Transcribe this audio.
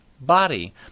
body